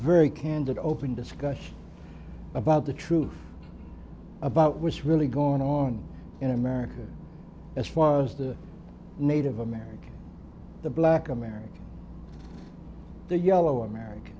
very candid open discussion about the truth about was really going on in america as was the native american the black american the yellow american